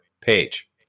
Page